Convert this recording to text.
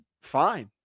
Fine